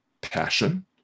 passion